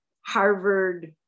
Harvard